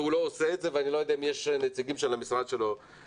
והוא לא עושה את זה ואני לא יודע אם יש נציגים של המשרד שלו בזום.